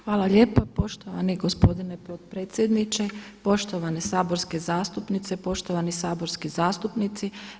Hvala lijepa poštovani gospodine potpredsjedniče, poštovane saborske zastupnice, poštovani saborski zastupnici.